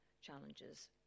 challenges